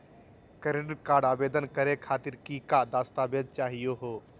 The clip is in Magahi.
क्रेडिट कार्ड आवेदन करे खातीर कि क दस्तावेज चाहीयो हो?